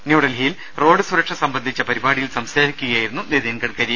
ന്യൂഡൽഹിയിൽ റോഡ് സുരക്ഷ സംബന്ധിച്ച പരിപാടിയിൽ സംസാരിക്കുകയായിരുന്നു നിതിൻ ഗഡ്കരി